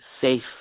safe